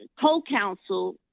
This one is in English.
co-counsel